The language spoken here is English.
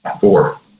Four